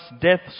death